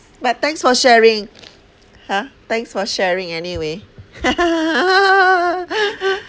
but thanks for sharing !huh! thanks for sharing anyway